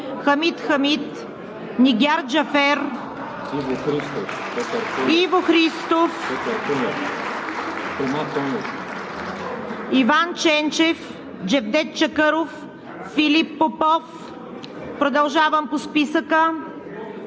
Хамид Хамид, Нигяр Джафер, Иво Христов, Иван Ченчев, Джевдет Чакъров, Филип Попов. Моля да се